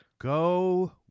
Go